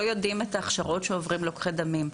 יודעים את ההכשרות שעוברים לוקחי דמים.